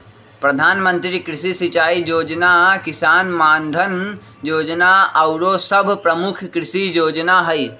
प्रधानमंत्री कृषि सिंचाई जोजना, किसान मानधन जोजना आउरो सभ प्रमुख कृषि जोजना हइ